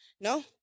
No